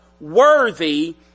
worthy